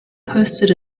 posted